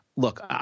Look